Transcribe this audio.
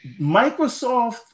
microsoft